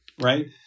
right